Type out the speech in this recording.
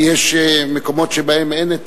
כי יש מקומות שבהם אין,